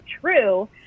true